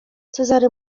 cezary